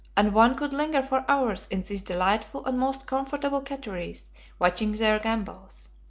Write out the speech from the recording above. and one could linger for hours in these delightful and most comfortable catteries watching their gambols.